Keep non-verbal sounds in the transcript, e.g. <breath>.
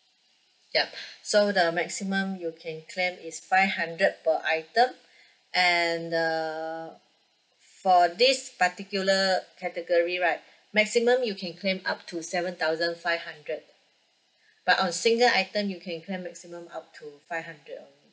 ya <breath> so the maximum you can claim is five hundred per item <breath> and uh for this particular category right <breath> maximum you can claim up to seven thousand five hundred <breath> but on single item you can claim maximum up to five hundred only